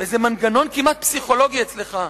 זה מנגנון כמעט פסיכולוגי אצלך,